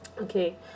okay